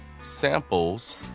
samples